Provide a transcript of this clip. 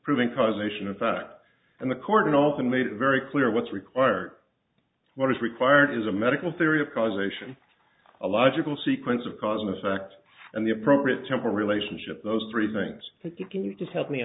proving causation in fact and the court and also made it very clear what's required what is required is a medical theory of causation a logical sequence of cause and effect and the appropriate temple relationship those three things you can you just help me